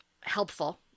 helpful